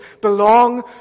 belong